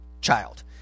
child